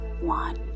one